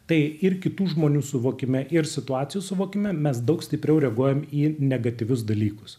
tai ir kitų žmonių suvokime ir situacijų suvokime mes daug stipriau reaguojam į negatyvius dalykus